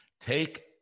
take